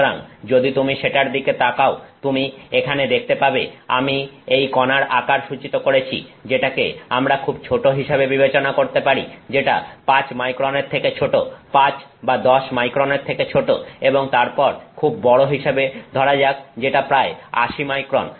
সুতরাং যদি তুমি সেটার দিকে তাকাও তুমি এখানে দেখতে পাবে যে আমি এই কণার আকার সূচিত করেছি যেটাকে আমরা খুব ছোট হিসেবে বিবেচনা করতে পারি যেটা 5 মাইক্রনের থেকে ছোট 5 বা 10 মাইক্রনের থেকে ছোট এবং তারপর খুব বড় হিসেবে ধরা যাক যেটা প্রায় 80 মাইক্রন